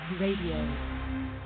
radio